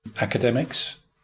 academics